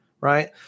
right